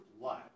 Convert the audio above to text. live